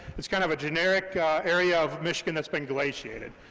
it's kind of a generic area of michigan that's been glaciated.